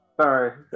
Sorry